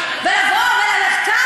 מחקר?